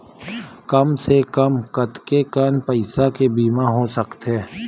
कम से कम कतेकन पईसा के बीमा हो सकथे?